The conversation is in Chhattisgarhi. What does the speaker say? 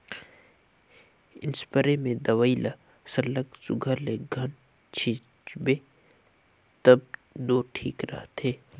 इस्परे में दवई ल सरलग सुग्घर ले घन छींचबे तब दो ठीक रहथे